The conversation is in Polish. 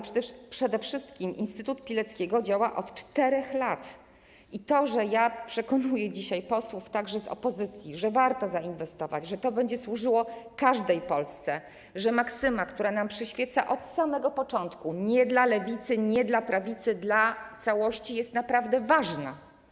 Przede wszystkim Instytut Pileckiego działa od 4 lat i ja przekonuję dzisiaj posłów, także posłów opozycji, że warto zainwestować, że to będzie służyło każdej Polsce, że maksyma, która nam przyświeca od samego początku: nie dla lewicy, nie dla prawicy, dla całości, jest naprawdę ważna.